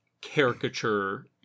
caricature-